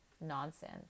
nonsense